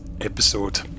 episode